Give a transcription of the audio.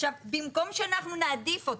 עכשיו, במקום שאנחנו נעדיף אותם,